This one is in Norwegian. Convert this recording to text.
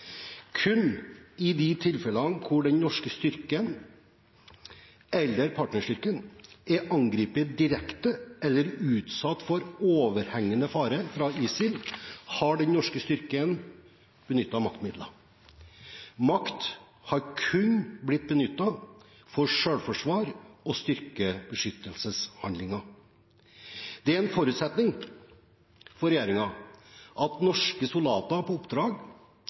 Kun i de tilfeller hvor den norske styrken eller partnerstyrken er angrepet direkte eller utsatt for overhengende fare fra ISIL har den norske styrken benyttet maktmidler. Makt har kun blitt benyttet for selvforsvars- og styrkebeskyttelseshandlinger. Det er en forutsetning for regjeringen at norske soldater på oppdrag